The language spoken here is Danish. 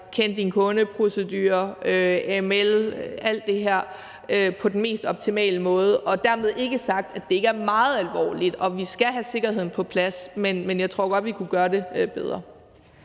kend din kunde-procedure og ML osv. på den mest optimale måde. Dermed ikke sagt, at det ikke er meget alvorligt, og at vi skal have sikkerheden på plads. Men jeg tror godt, vi kunne gøre det bedre.